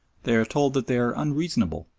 they are told that they are unreasonable,